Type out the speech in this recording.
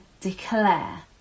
declare